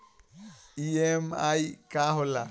EMI का होला?